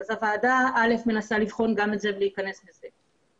הוועדה מנסה לבחון גם את זה ולהיכנס לזה.